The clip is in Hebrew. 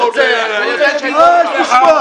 --- מה יש לשמוע?